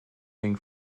being